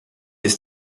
des